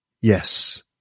Yes